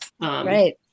right